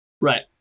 Right